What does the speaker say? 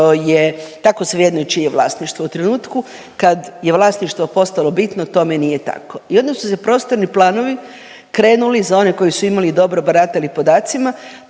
je tako svejedno čije je vlasništvo. U trenutku kad je vlasništvo postalo bitno tome nije tako. I onda su prostorni planovi krenuli za one koji su imali dobro baratali podacima,